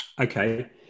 Okay